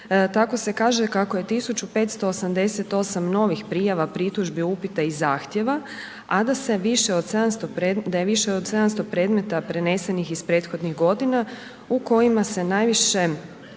Tako se kaže kako je 1588 novih prijava, pritužbi, upita i zahtjeva a da je više od 700 predmeta prenesenih iz prethodnih godina u kojima se najviše